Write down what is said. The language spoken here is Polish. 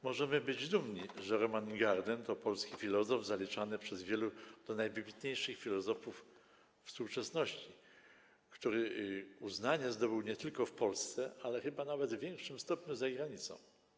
Możemy być dumni, że Roman Ingarden to polski filozof zaliczany przez wielu do najwybitniejszych filozofów współczesności, który uznanie zdobył nie tylko w Polsce, lecz także chyba nawet w większym stopniu za granicą.